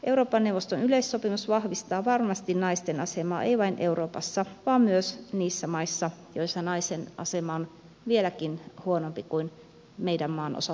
euroopan neuvoston yleissopimus vahvistaa varmasti naisten asemaa ei vain euroopassa vaan myös niissä maissa joissa naisen asema on vieläkin huonompi kuin meidän maanosassamme